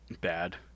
Bad